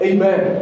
Amen